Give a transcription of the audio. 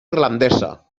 irlandesa